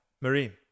Marine